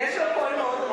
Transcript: יש לו קול רם.